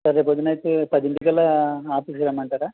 sir రేపు పొద్దున అయితే పదింటికి అలా ఆఫీస్కి రమ్మంటారా